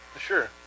Sure